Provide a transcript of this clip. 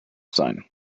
sein